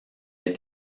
est